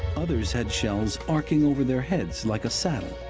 others had shells arcing over their heads like a saddle